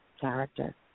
character